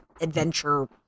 adventure